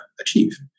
achieve